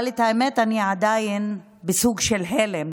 אבל האמת היא שאני עדיין בסוג של הלם